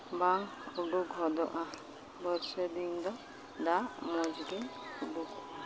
ᱵᱟᱝ ᱩᱰᱩᱠ ᱦᱚᱫᱚᱜᱼᱟ ᱵᱟᱹᱨᱥᱟᱹ ᱫᱤᱱ ᱫᱚ ᱫᱟᱜ ᱢᱚᱡᱽ ᱜᱮ ᱩᱰᱩᱠᱚᱜᱼᱟ